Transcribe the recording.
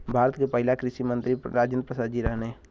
भारत के पहिला कृषि मंत्री राजेंद्र प्रसाद जी रहने